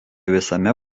visame